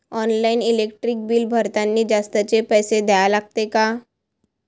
Online electric bill भरतानी जास्तचे पैसे द्या लागते का?